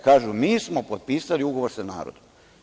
Kažu, mi smo potpisali ugovor sa narodom.